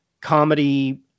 comedy